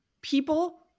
people